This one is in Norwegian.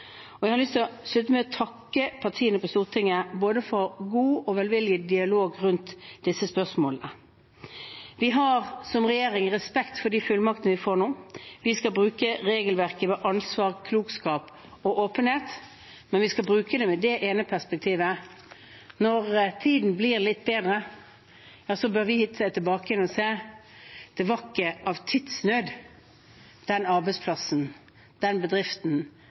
og velvillig dialog rundt disse spørsmålene. Vi har som regjering respekt for de fullmaktene vi får nå. Vi skal bruke regelverket med ansvar, klokskap og åpenhet, men vi skal bruke det med det ene perspektivet: Når tiden blir litt bedre, bør vi kunne se tilbake og si at det ikke var av tidsnød den arbeidsplassen, den bedriften